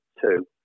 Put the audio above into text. two